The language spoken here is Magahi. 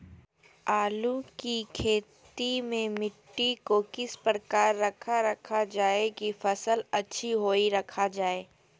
आलू की खेती में मिट्टी को किस प्रकार रखा रखा जाए की फसल अच्छी होई रखा जाए?